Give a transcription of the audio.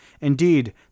Indeed